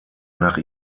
nach